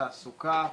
תעסוקה,